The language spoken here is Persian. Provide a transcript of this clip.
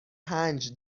پنج